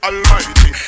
Almighty